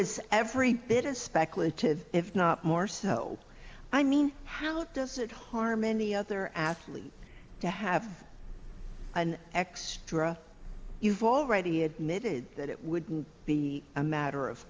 is every bit as speculative if not more snow i mean how does it harm any other athlete to have an extra you've already admitted that it would be a matter of